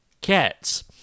Cats